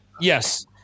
Yes